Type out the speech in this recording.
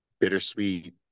bittersweet